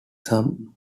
some